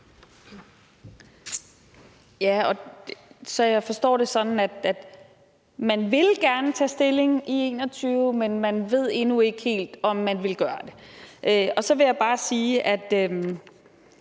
Jeg forstår det sådan, at man gerne vil tage stilling i 2021, men man ved endnu ikke helt, om man vil gøre det. Så vil jeg bare sige, at